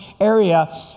area